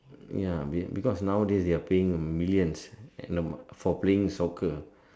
ya be because nowadays they are paying millions and for playing soccer